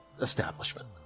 establishment